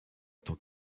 tant